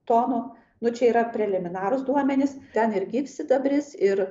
tonų nu čia yra preliminarūs duomenys ten ir gyvsidabris ir